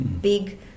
big